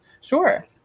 sure